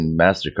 MasterCard